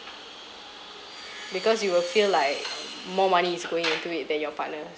because you will feel like more money is going into it than your partner's